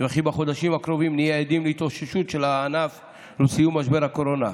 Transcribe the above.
וכי בחודשים הקרובים נהיה עדים להתאוששות של הענף ולסיום משבר הקורונה.